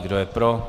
Kdo je pro ?